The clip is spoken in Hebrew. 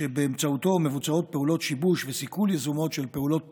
שבאמצעותו מבוצעות פעולות שיבוש וסיכול יזומות של פעולות טרור.